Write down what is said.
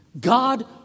God